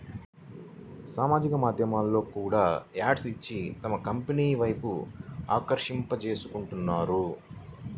సామాజిక మాధ్యమాల్లో కూడా యాడ్స్ ఇచ్చి తమ కంపెనీల వైపు ఆకర్షింపజేసుకుంటున్నారు